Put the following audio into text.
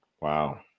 wow